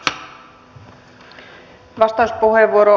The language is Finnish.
arvoisa puhemies